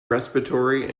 respiratory